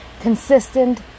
Consistent